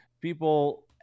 people